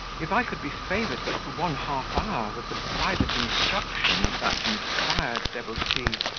if i could be favoured but for one half hour with the private instruction of that inspired devotee,